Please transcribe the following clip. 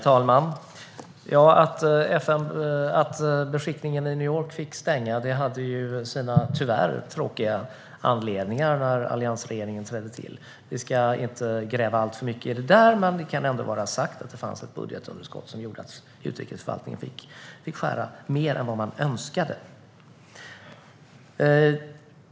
Herr talman! Det fanns en tråkig anledning till att beskickningen i New York fick stänga när alliansregeringen trädde till. Vi ska inte gräva alltför mycket i det, men det fanns ett budgetunderskott som gjorde att utrikesförvaltningen fick skära ned mer än vad man önskade.